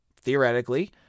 theoretically